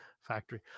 factory